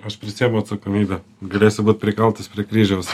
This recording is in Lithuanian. aš prisiimu atsakomybę galėsiu būt prikaltas prie kryžiaus